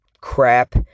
crap